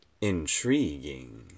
Intriguing